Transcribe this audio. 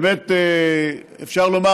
אפשר לומר,